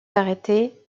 arrêté